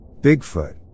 Bigfoot